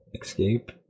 escape